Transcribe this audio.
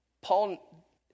Paul